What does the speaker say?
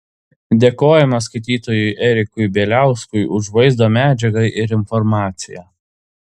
dėkojame skaitytojui erikui bieliauskui už vaizdo medžiagą ir informaciją